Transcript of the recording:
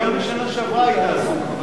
אבל גם בשנה שעברה היית עסוק.